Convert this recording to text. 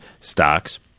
stocks